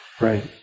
right